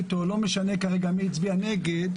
ולא משנה מי הצביע נגד,